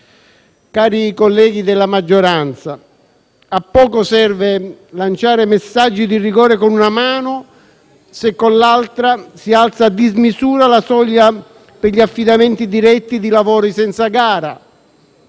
Cari colleghi della maggioranza, a poco serve lanciare messaggi di rigore con una mano, se con l'altra si alza a dismisura la soglia per gli affidamenti diretti di lavori senza gara,